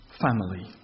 family